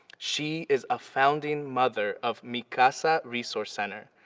she is a founding mother of mi casa resource center,